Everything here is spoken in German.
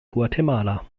guatemala